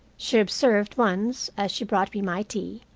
she observed once, as she brought me my tea,